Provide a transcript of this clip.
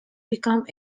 become